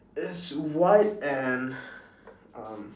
it's white and um